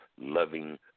loving